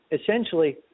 essentially